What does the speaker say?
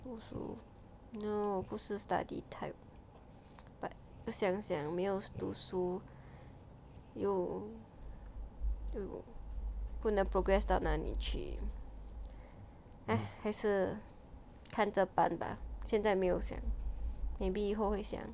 读书 no 不是 study type but 不想想没有读书又不不能 progress 到哪里去 !hais! 还是看着办吧现在没有想 maybe 以后会想